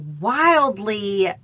wildly